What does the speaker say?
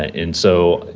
ah and so,